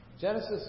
Genesis